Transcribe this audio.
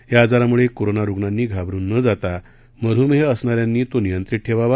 या आजारामुळे कोरोना रुग्णांनी घाबरून न जाता मधुमेह असणाऱ्यांनी तो नियंत्रीत ठेवावा